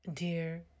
Dear